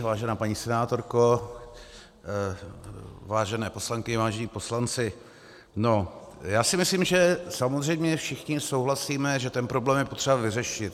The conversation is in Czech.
Vážená paní senátorko, vážené poslankyně, vážení poslanci, já si myslím, že samozřejmě všichni souhlasíme, že ten problém je potřeba vyřešit.